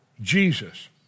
Jesus